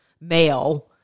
male